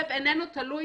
לא.